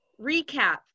recap